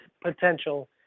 potential